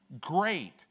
great